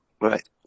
Right